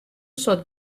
soad